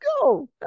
go